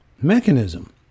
mechanism